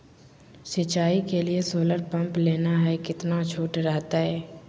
सिंचाई के लिए सोलर पंप लेना है कितना छुट रहतैय?